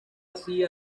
así